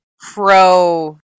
pro